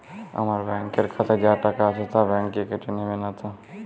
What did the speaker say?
আমার ব্যাঙ্ক এর খাতায় যা টাকা আছে তা বাংক কেটে নেবে নাতো?